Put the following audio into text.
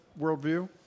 worldview